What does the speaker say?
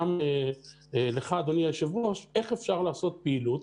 וגם לך, אדוני היושב-ראש, איך אפשר לעשות פעילות